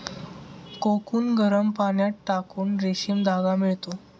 cocoon गरम पाण्यात टाकून रेशीम धागा मिळतो